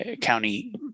county